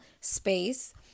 space